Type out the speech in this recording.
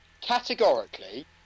categorically